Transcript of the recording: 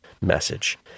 message